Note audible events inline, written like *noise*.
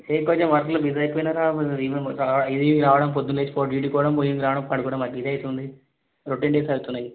ఏ కొంచెం వర్క్లో బిజీ అయిపోయానురా *unintelligible* ఇది రావడం పొద్దున లేచిపోవడం డ్యూటికి పోవడం పోయింది రావడం పడుకోవడం నాకు ఇదే అవుతుంది రొటీన్ డేస్ అవుతున్నాయి